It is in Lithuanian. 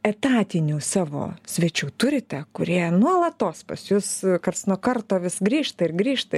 etatinių savo svečių turite kurie nuolatos pas jus karts nuo karto vis grįžta ir grįžta